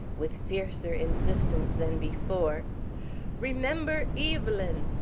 with fiercer insistence than before remember evelyn!